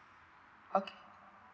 okay